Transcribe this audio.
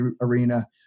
arena